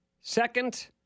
second